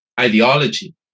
ideology